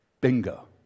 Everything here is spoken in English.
Bingo